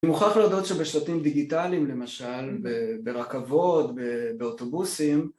אני מוכרח להודות שבשלטים דיגיטליים למשל, ברכבות, באוטובוסים